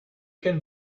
can